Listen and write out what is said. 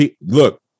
Look